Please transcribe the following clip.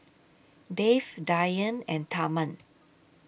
Dev Dhyan and Tharman